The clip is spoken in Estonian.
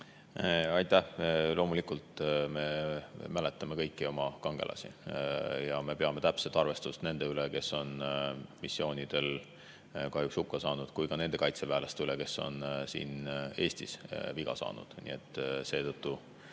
olemas. Loomulikult me mäletame kõiki oma kangelasi ja me peame täpset arvestust nende üle, kes on missioonidel kahjuks hukka saanud, ja ka nende kaitseväelaste üle, kes on siin Eestis viga saanud. Need